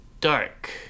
dark